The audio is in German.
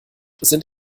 sind